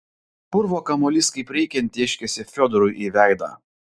purvo kamuolys kaip reikiant tėškėsi fiodorui į veidą